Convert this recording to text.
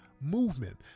movement